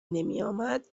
نمیآمد